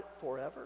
forever